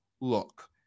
Look